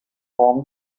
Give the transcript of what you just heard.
from